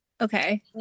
okay